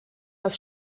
das